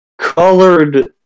Colored